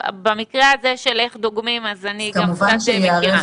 במקרה הזה של איך דוגמים אני גם קצת מכירה.